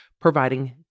providing